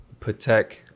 Patek